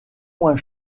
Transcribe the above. moins